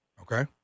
Okay